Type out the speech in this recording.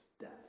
death